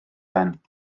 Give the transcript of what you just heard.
ben